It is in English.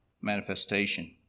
manifestation